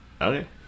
okay